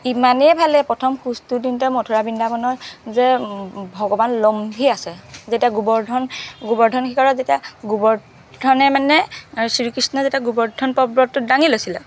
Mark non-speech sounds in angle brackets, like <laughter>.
ইমানেই ভাল <unintelligible> প্ৰথম খোজটো দিওঁতে মথুৰা বৃন্দাবনত যে ভগৱান লম্ভি আছে যেতিয়া গোবৰ্ধন গোবৰ্ধন শিখৰত যেতিয়া গোবৰ্ধনে মানে চিৰি কৃষ্ণই যেতিয়া গোবৰ্ধন পৰ্বতটো দাঙি লৈছিলে